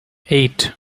eight